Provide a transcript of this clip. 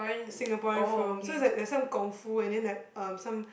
Singaporean film so it's like there's some kung-fu and then like um some